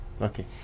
Okay